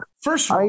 first